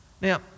Now